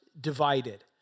divided